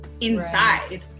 inside